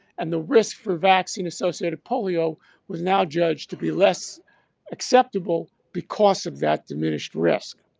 and the risk for vaccine associated polio was now judged to be less acceptable because of that diminished risk.